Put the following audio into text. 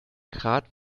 grad